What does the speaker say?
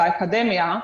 באקדמיה,